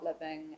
living